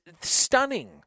stunning